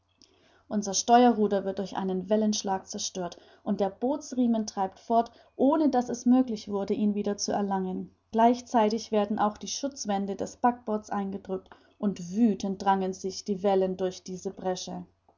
unser steuerruder wird durch einen wellenschlag zerstört und der bootsriemen treibt fort ohne daß es möglich wurde ihn wieder zu erlangen gleichzeitig werden auch die schutzwände des backbords eingedrückt und wüthend drängen sich die wellen durch diese bresche